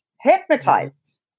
Hypnotized